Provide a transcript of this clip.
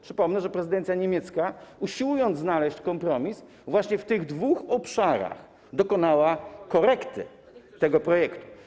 Przypomnę, że prezydencja niemiecka, usiłując znaleźć kompromis, właśnie w tych dwóch obszarach dokonała korekty tego projektu.